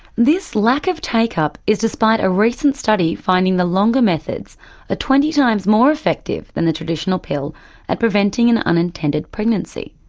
this lack of take-up is despite a recent study finding the longer methods are ah twenty times more effective than the traditional pill at preventing an unintended pregnancy.